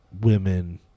women